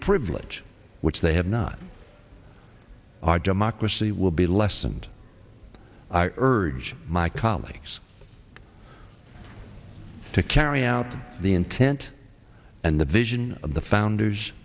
privilege which they have not our democracy will be less and i urge my colleagues to carry out the intent and the vision of the founders